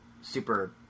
super